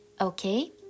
Okay